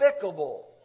despicable